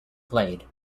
played